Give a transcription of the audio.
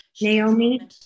Naomi